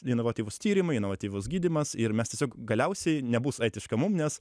inovatyvūs tyrimai inovatyvus gydymas ir mes tiesiog galiausiai nebus etiška mum nes